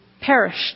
perished